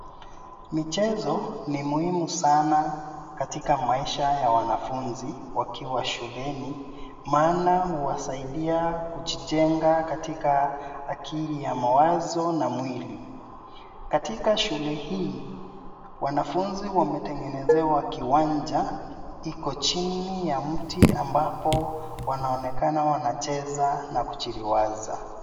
Michezo ni muhimu sana katika maisha ya wanafunzi wakiwa shuleni maana huwasaidia kujijenga katika akili ya mawazo na mwili. Katika shule hii, wanafunzi wametengenezewa kiwanja, iko chini ya mti ambapo wanaonekana wanacheza na kujiriwaza.